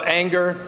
anger